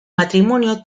matrimonio